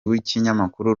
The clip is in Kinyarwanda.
w’ikinyamakuru